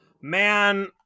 Man